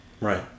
Right